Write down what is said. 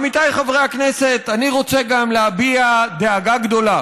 עמיתיי חברי הכנסת, אני רוצה גם להביע דאגה גדולה